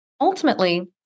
Ultimately